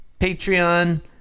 Patreon